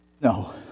No